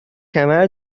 کمر